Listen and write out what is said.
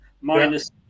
Minus